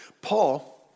Paul